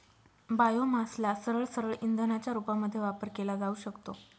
बायोमासला सरळसरळ इंधनाच्या रूपामध्ये वापर केला जाऊ शकतो